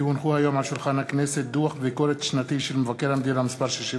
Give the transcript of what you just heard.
כי הונחו היום על שולחן הכנסת דוח ביקורת שנתי של מבקר המדינה 64ג,